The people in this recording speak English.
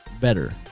better